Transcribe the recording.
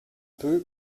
peu